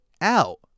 out